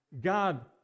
God